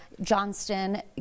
Johnston